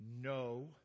no